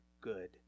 good